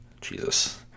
Jesus